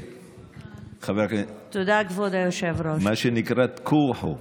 (יהדות התורה): מה עם זכויות המיעוטים?